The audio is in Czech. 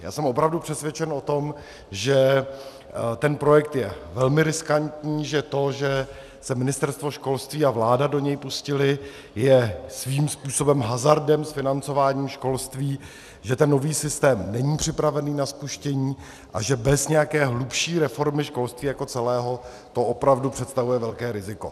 Já jsem opravdu přesvědčen o tom, že ten projekt je velmi riskantní, že to, že se Ministerstvo školství a vláda do něj pustily, je svým způsobem hazardem s financováním školství, že ten nový systém není připravený na spuštění a že bez nějaké hlubší reformy školství jako celého to opravdu představuje velké riziko.